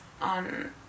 on